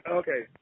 okay